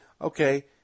okay